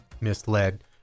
misled